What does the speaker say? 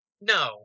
no